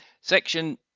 Section